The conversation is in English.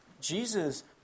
Jesus